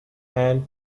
hand